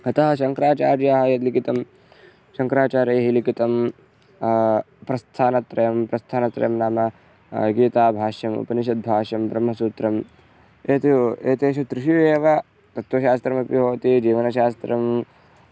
अतः शङ्कराचार्याः यद् लिखितं शङ्कराचार्यैः लिखितं प्रस्थानत्रयं प्रस्थानत्रयं नाम गीताभाष्यम् उपनिषद्भाष्यं ब्रह्मसूत्रम् एतयोः एतेषु त्रिषु एव तत्वशास्त्रमपि भवति जीवनशास्त्रं